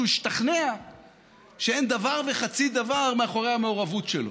שהוא השתכנע שאין דבר וחצי דבר מאחורי המעורבות שלו.